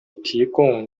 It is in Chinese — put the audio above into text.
提供